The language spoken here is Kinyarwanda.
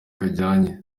kajyanye